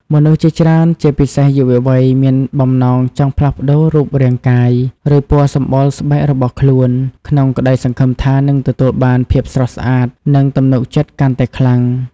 មនុស្សជាច្រើន ជាពិសេសយុវវ័យ មានបំណងចង់ផ្លាស់ប្តូររូបរាងកាយ ឬពណ៌សម្បុរស្បែករបស់ខ្លួន ក្នុងក្តីសង្ឃឹមថានឹងទទួលបានភាពស្រស់ស្អាត និងទំនុកចិត្តកាន់តែខ្លាំង។